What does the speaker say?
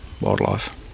wildlife